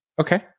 Okay